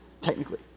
technically